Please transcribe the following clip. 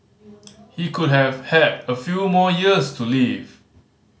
he could have had a few more years to live